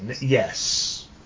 yes